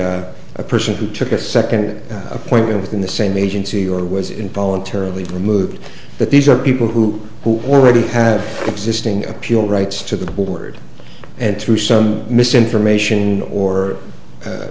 a a person who took a second or a point within the same agency or was involuntarily removed but these are people who who already have existing appeal rights to the board and through some misinformation or